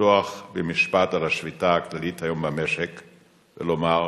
לפתוח במשפט על השביתה הכללית היום במשק ולומר,